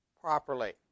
properly